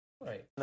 Right